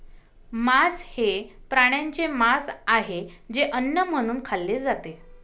मांस हे प्राण्यांचे मांस आहे जे अन्न म्हणून खाल्ले जाते